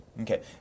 Okay